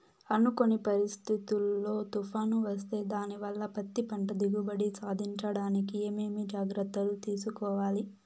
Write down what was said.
అనుకోని పరిస్థితుల్లో తుఫాను వస్తే దానివల్ల పత్తి పంట దిగుబడి సాధించడానికి ఏమేమి జాగ్రత్తలు తీసుకోవాలి?